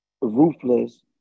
ruthless